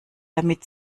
damit